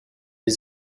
les